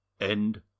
End